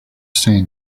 seen